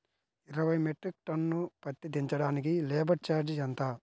ఇరవై metric ton పత్తి దించటానికి లేబర్ ఛార్జీ ఎంత?